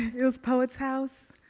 it was poets house?